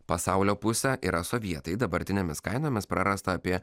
pasaulio pusę yra sovietai dabartinėmis kainomis prarasta apie